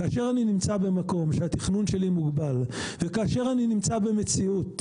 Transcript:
כאשר אני נמצא במקום שהתכנון שלי מוגבל וכאשר אני נמצא במציאות,